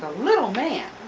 ah little man.